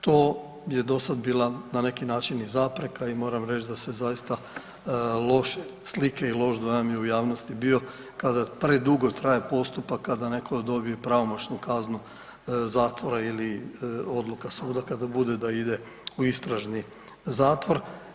To je do sad bila na neki način i zapreka i moram reći da se zaista loše slike i loš dojam i u javnosti bio kada predugo traje postupak a da netko dobije pravomoćnu kaznu zatvora ili odluka suda kada bude da ide u istražni zatvor.